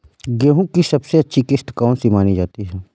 गेहूँ की सबसे अच्छी किश्त कौन सी मानी जाती है?